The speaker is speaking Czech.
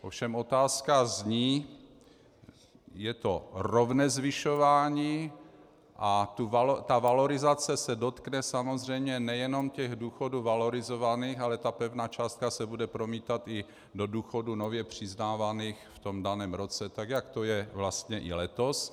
Ovšem otázka zní: Je to rovné zvyšování a valorizace se dotkne samozřejmě nejenom důchodů valorizovaných, ale pevná částka se bude promítat i do důchodů nově přiznávaných v daném roce, tak jak to je vlastně i letos.